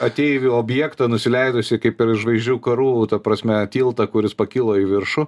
ateivių objektą nusileidusį kaip ir iš žvaigždžių karų ta prasme tiltą kuris pakilo į viršų